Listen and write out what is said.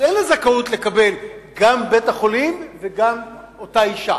אז אין לה זכאות לקבל גם בית-חולים וגם את אותה אשה.